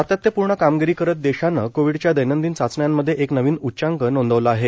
सातत्यपूर्ण कामगिरी करत भारतानं कोविडच्या दैनंदिन चाचण्यांमध्ये एक नवीन उच्चांक नोंदवला आहे